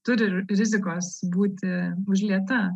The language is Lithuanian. turi rizikos būti užlieta